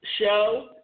Show